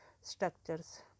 structures